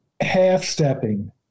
half-stepping